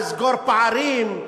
לסגור פערים,